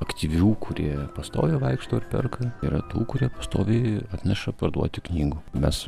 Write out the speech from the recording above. aktyvių kurie pastoviai vaikšto ir perka yra tų kurie pastoviai atneša parduoti knygų mes